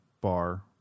bar